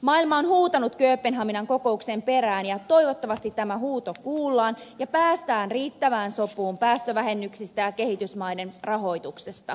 maailma on huutanut kööpenhaminan kokouksen perään ja toivottavasti tämä huuto kuullaan ja päästään riittävään sopuun päästövähennyksistä ja kehitysmaiden rahoituksesta